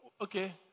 Okay